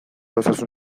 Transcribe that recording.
osasun